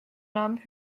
namen